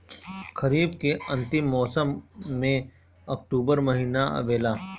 खरीफ़ के अंतिम मौसम में अक्टूबर महीना आवेला?